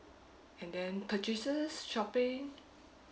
and then purchases shopping